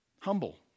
humble